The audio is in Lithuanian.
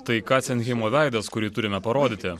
tai ką ten himo veidas kurį turime parodyti